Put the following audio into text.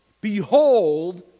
Behold